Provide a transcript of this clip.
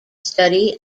study